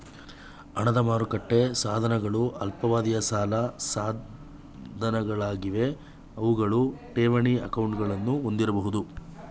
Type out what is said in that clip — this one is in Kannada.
ಹಣದ ಮಾರುಕಟ್ಟೆ ಸಾಧನಗಳು ಅಲ್ಪಾವಧಿಯ ಸಾಲ ಸಾಧನಗಳಾಗಿವೆ ಅವುಗಳು ಠೇವಣಿ ಅಕೌಂಟ್ಗಳನ್ನ ಹೊಂದಿರಬಹುದು